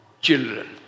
children